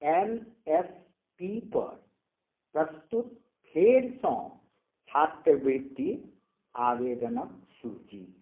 N S P पर प्रस्तुत फेरसँ छात्रवृति आवेदनक सूची